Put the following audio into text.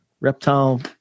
reptile